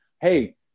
Hey